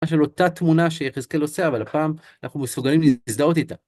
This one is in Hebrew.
מה של אותה תמונה שיחזקאל עושה, אבל הפעם אנחנו מסוגלים להזדהות איתה.